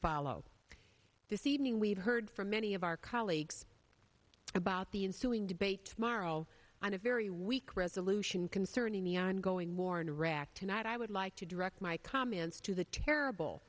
follow this evening we've heard from many of our colleagues about the ensuing debate tomorrow on a very weak resolution concerning the ongoing war in iraq tonight i would like to direct my comments to the terrible